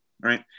right